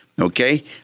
Okay